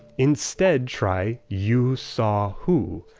instead try you saw who,